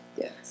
Yes